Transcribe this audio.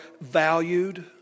valued